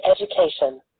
education